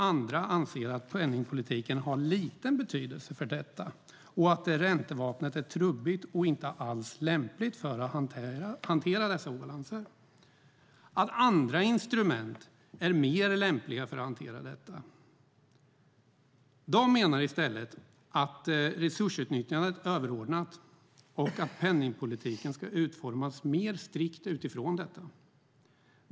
Andra anser att penningpolitiken har liten betydelse för detta och att räntevapnet är trubbigt och inte alls lämpligt för att hantera dessa obalanser. De menar att andra instrument är mer lämpliga för att hantera detta, att resursutnyttjandet är överordnat och att penningpolitiken ska utformas mer strikt utifrån detta.